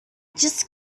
just